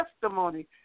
testimony